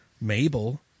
Mabel